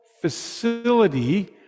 facility